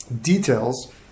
details